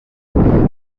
آنها